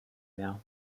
mehr